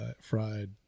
fried